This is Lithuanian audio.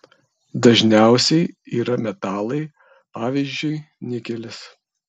dažniausiai yra metalai pavyzdžiui nikelis